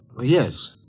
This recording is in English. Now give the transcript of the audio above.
yes